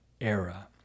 era